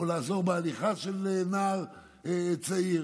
או לעזור בהליכה לנער צעיר